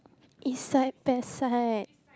east side best side